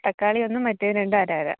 തക്കാളി ഒന്നും മറ്റേത് രണ്ടും അര അര